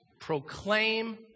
Proclaim